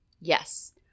Yes